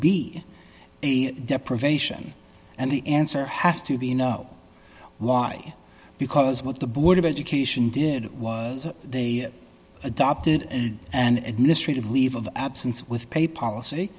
be a deprivation and the answer has to be you know why because what the board of education did was they adopted and and administrative leave of absence with pay policy